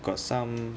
got some